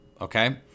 Okay